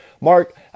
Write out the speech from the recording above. Mark